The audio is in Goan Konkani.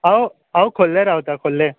हांव हांव खोर्लें रावता खोर्लें